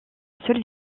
seule